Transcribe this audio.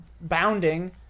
bounding